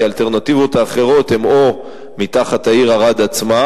כי האלטרנטיבות האחרות הן או מתחת לעיר ערד עצמה,